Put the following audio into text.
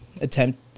attempt